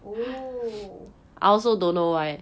oh